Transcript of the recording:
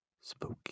spooky